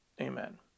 amen